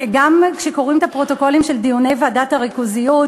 גם כשקוראים את הפרוטוקולים של דיוני ועדת הריכוזיות,